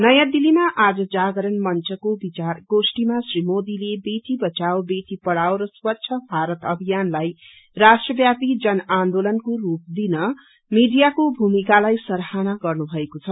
नयाँ दिल्लीमा आज जागरण मंचको बिचार गोश्ठीमा श्री मोदीले बेटी बचाओ बेटी पढ़ाओ र स्वच्छ भारत अभियानलाई राश्ट्रब्यापी जन आन्दोलनको रूपीदन मीडियाको भूमिकालाई सराहना गर्नुभएको छ